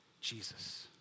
Jesus